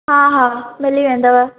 हा हा मिली वेंदव